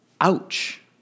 Ouch